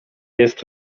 jest